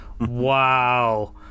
wow